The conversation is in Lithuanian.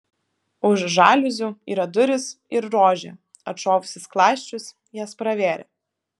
už žaliuzių yra durys ir rožė atšovusi skląsčius jas pravėrė